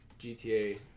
GTA